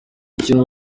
n’ikintu